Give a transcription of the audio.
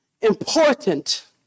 important